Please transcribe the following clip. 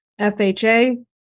FHA